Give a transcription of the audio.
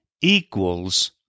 equals